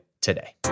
today